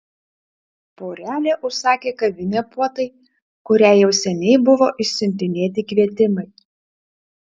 porelė užsakė kavinę puotai kuriai jau seniai buvo išsiuntinėti kvietimai